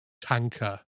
tanker